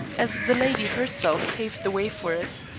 as the lady herself paved the way for it.